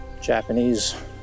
Japanese